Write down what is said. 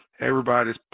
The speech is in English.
Everybody's